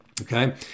Okay